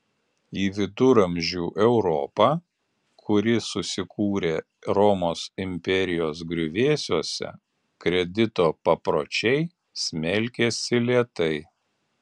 į viduramžių europą kuri susikūrė romos imperijos griuvėsiuose kredito papročiai smelkėsi lėtai